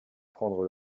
prendre